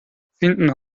finden